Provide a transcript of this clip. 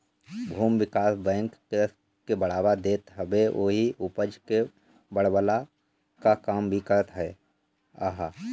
भूमि विकास बैंक कृषि के बढ़ावा देत हवे अउरी उपज के बढ़वला कअ काम भी करत हअ